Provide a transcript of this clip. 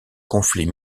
conflit